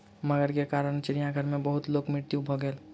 मगर के कारण चिड़ियाघर में बहुत लोकक मृत्यु भ गेल